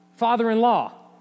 father-in-law